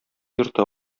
йорты